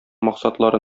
максатлары